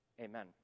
amen